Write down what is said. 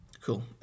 Cool